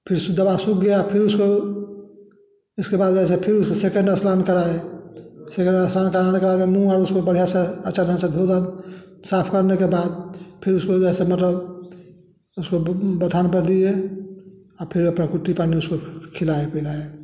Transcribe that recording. फिर दवा सूख गया फिर उसको उसको बाद जैसे फिर उसको सेकेंड डे स्नान कराए सेकेंड डे स्नान कराने के बाद मोर्निंग में उसको बढ़िया से अच्छा ढंग से धो धा साफ करने के बाद फिर उसको भी ऐसे मतलब उसको बथान पर दिए आ फिर अपना पे टीपा में उसको खिलाए पिलाए